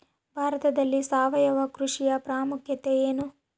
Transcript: ಭಾರತದಲ್ಲಿ ಸಾವಯವ ಕೃಷಿಯ ಪ್ರಾಮುಖ್ಯತೆ ಎನು?